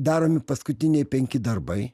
daromi paskutiniai penki darbai